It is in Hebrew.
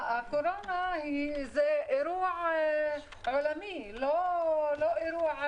הקורונה זה אירוע עולמי, לא אירוע מקומי,